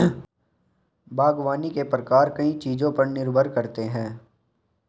बागवानी के प्रकार कई चीजों पर निर्भर करते है